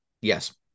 Yes